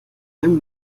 wenn